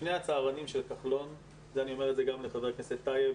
לפני הצהרונים של כחלון ואני אומר את זה גם לחבר הכנסת טייב,